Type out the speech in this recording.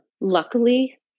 Luckily